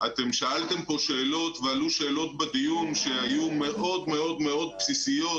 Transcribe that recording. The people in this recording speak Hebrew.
אתם שאלתם פה שאלות ועלו שאלות בדיון שהיו מאוד מאוד מאוד בסיסיות